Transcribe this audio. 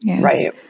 Right